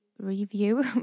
review